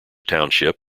township